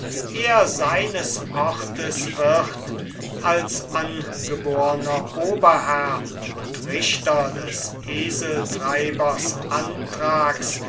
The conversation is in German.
er seines ortes wird als angeborner oberherr und richter des eseltreibers anthrax